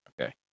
Okay